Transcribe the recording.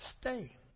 Stay